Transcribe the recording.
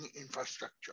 infrastructure